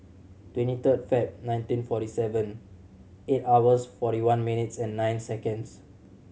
twenty third Feb nineteen forty seven eight hours forty one minutes and nine seconds